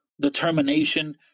determination